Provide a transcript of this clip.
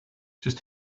just